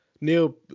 Neil